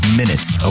minutes